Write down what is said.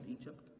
egypt